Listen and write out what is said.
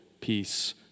peace